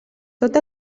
tot